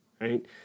right